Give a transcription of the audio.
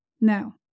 Now